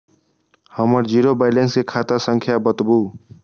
हमर zero balance के खाता संख्या बतबु?